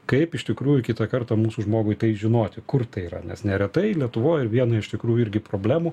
kaip iš tikrųjų kitą kartą mūsų žmogui tai žinoti kur tai yra nes neretai lietuvoj iena iš tikrųjų irgi problemų